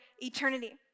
eternity